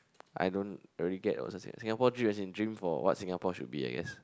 I don't really get what's a Singapore dream as in dream for what Singapore should be I guess